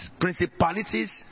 principalities